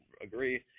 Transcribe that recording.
agree